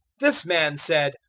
this man said,